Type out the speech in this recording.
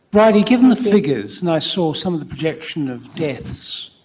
bridie, given the figures, and i saw some of the projection of deaths,